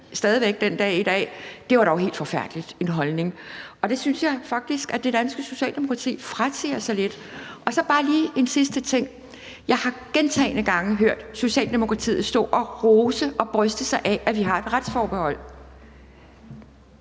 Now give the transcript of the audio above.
det den dag i dag. For det var dog en helt forfærdelig holdning, og det synes jeg faktisk at det danske Socialdemokrati frasiger sig lidt. Så er der også bare lige en sidste ting. Jeg har gentagne gange hørt Socialdemokratiet stå og rose og bryste sig af, at vi har et retsforbehold.